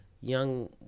young